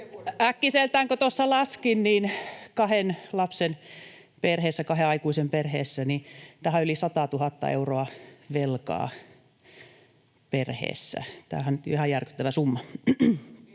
Äkkiseltään kun tuossa laskin, niin tämähän on kahden lapsen ja kahden aikuisen perheessä yli 100 000 euroa velkaa. Tämähän on ihan järkyttävä summa.